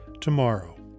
tomorrow